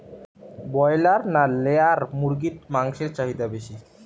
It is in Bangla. ব্রলার না লেয়ার মুরগির মাংসর চাহিদা বেশি?